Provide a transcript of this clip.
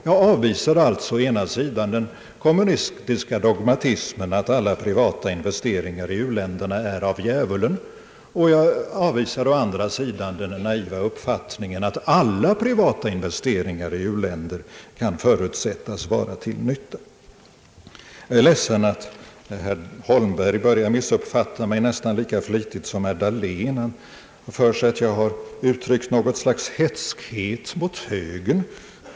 Jag avvisar alltså å ena sidan den kommmunistiska dogmatiken att alla privata investeringar i u-länderna är av djävulen: Jag avvisar å andra sidan också den naiva uppfattningen att alla privata in-" vesteringar i u-länder kan förutsättas vara till nytta. Jag beklagar att herr Holmberg börjar missuppfatta mig nästan lika flitigt som herr Dahlén gör: Herr Holmberg har för sig att jag uttryckt något slags hätskhet mot högern.